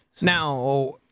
Now